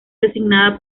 designada